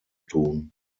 tun